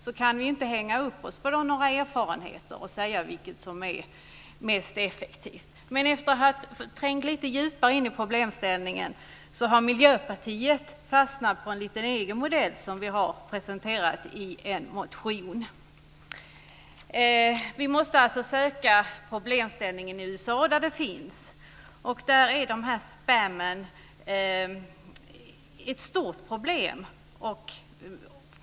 Vi kan inte hänga upp oss på några erfarenheter och säga vilket som är mest effektivt. Efter att ha trängt in lite djupare i problemställningen har Miljöpartiet fastnat för en egen modell som vi har presenterat i en motion. Vi måste alltså söka problemställningen i USA där det finns. Där är spamming ett stort problem.